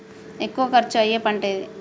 ఎక్కువ ఖర్చు అయ్యే పంటేది?